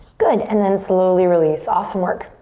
good, and then slowly release, awesome work.